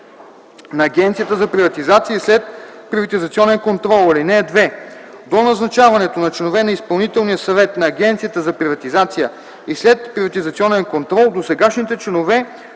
на Агенцията за приватизация и следприватизационен контрол. (2) До назначаването на членовете на изпълнителния съвет на Агенцията за приватизация и следприватизационен контрол досегашните членове